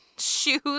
shoes